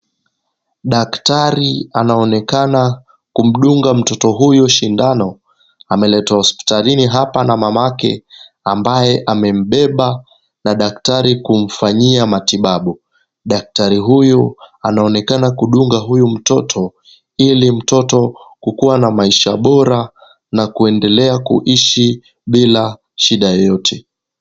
Daktari anaonekana kumdunga mtoto huyu sindano. Ameletwa hospitalini hapa na mamake ambaye amembeba na daktari kumfanyia matibabu. Daktari huyu anaonekana kudunga huyu mtoto ili mtoto kukuwa na maisha bora na kuendelea kuishi bila shida yoyote.